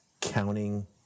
counting